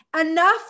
enough